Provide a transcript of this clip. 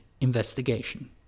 investigation